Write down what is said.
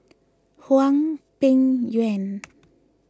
Hwang Peng Yuan